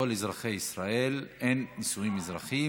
לכל אזרחי ישראל אין נישואים אזרחיים,